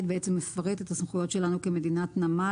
בעצם מפרט את הסמכויות שלנו כמדינת נמל.